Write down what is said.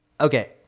Okay